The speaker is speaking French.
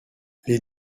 les